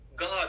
God